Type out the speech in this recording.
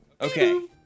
Okay